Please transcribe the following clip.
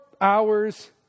hours